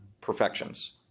perfections